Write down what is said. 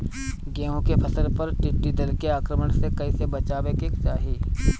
गेहुँ के फसल पर टिड्डी दल के आक्रमण से कईसे बचावे के चाही?